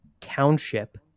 township